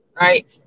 Right